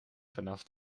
vanaf